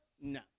no